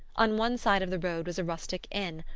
on one side of the road was a rustic inn,